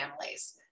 families